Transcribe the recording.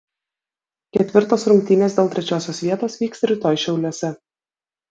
ketvirtos rungtynės dėl trečiosios vietos vyks rytoj šiauliuose